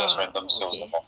ah okay